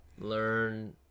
learn